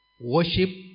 worship